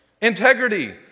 Integrity